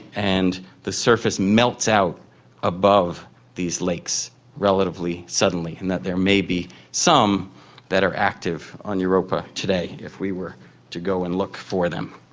and the surface melts out above these lakes relatively suddenly, and that there may be some that are active on europa today if we were to go and look for them.